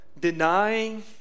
denying